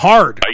Hard